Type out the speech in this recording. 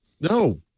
No